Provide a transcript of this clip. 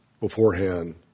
beforehand